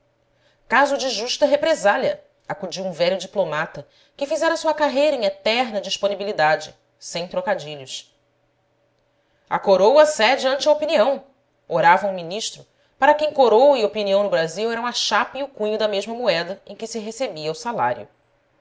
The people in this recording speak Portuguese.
caso de justa represália acudiu um velho diplomata que fizera sua carreira em eterna disponibilidade sem trocadilhos a coroa cede ante a opinião orava um ministro para quem coroa e opinião no brasil eram a chapa e o cunho da mesma moeda em que se recebia o salário